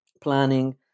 planning